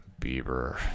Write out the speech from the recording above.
Bieber